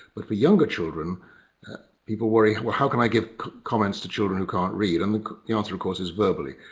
but for younger children people worry well how can i give comments to children who can't read and the answer of course is verbally.